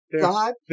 God